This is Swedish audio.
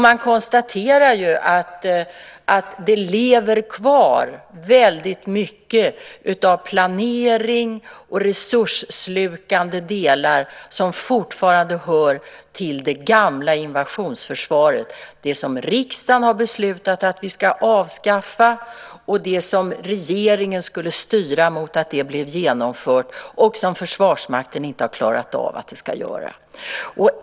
Man konstaterar att det lever kvar mycket av planering och resursslukande delar som fortfarande hör till det gamla invasionsförsvaret - det som riksdagen har beslutat att avskaffa, och det som regeringen skulle styra mot att det skulle bli genomfört och som Försvarsmakten inte har klarat av.